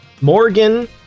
Morgan